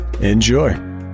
enjoy